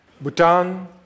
Bhutan